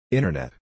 Internet